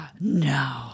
No